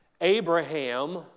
Abraham